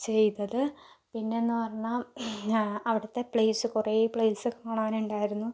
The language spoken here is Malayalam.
ചെയ്തത് പിന്നെയെന്നു പറഞ്ഞാൽ അവിടുത്തെ പ്ലേസ് കുറേ പ്ലേസ് കാണാനുണ്ടായിരുന്നു